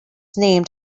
named